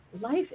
life